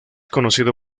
conocido